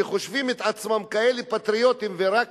שחושבים את עצמם כאלה פטריוטים ורק